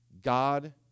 God